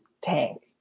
tank